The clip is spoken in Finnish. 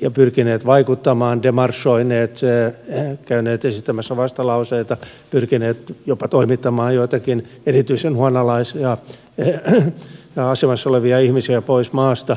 ja pyrkineet vaikuttamaan demarshoineet käyneet esittämässä vastalauseita pyrkineet jopa toimittamaan joitakin erityisen uhanalaisessa asemassa olevia ihmisiä pois maasta